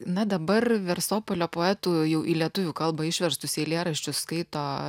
na dabar versopolio poetų jau į lietuvių kalbą išverstus eilėraščius skaito